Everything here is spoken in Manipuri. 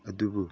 ꯑꯗꯨꯕꯨ